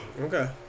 Okay